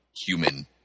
human